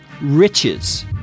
riches